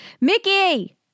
Mickey